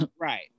Right